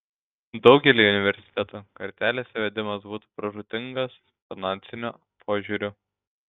daugeliui universitetų kartelės įvedimas būtų pražūtingas finansiniu požiūriu